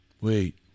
Wait